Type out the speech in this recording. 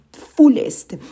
fullest